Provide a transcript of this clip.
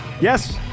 yes